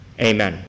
Amen